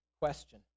question